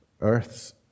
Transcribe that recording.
earth's